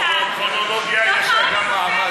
דוח העוני מופיע אצלנו.